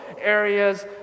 areas